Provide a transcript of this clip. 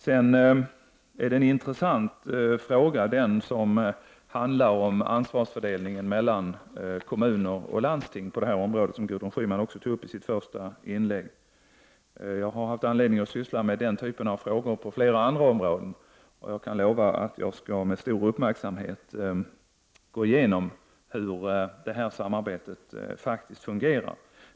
Gudrun Schyman nämnde också i sitt första inlägg ansvarsfördelningen mellan kommuner och landsting, och det är en intressant fråga. Jag har haft anledning att syssla med den typen av frågor på flera andra områden, och jag kan lova att jag med stor uppmärksamhet skall gå igenom frågan om hur detta samarbete faktiskt fungerar.